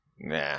Nah